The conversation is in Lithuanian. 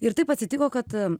ir taip atsitiko kad